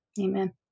Amen